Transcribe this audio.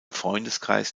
freundeskreis